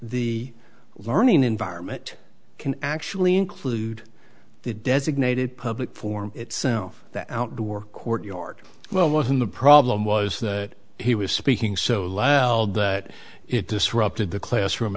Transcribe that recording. the learning environment can actually include the designated public forum itself that outdoor courtyard well wasn't the problem was that he was speaking so loud that it disrupted the classroom